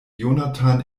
jonathan